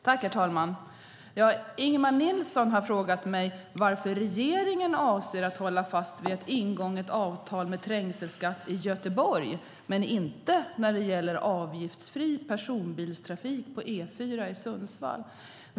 Herr talman! Ingemar Nilsson har frågat mig varför regeringen avser att hålla fast vid ett ingånget avtal med trängselskatt i Göteborg, men inte när det gäller avgiftsfri personbilstrafik på E4 i Sundsvall.